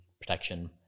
protection